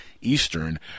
Eastern